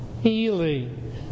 healing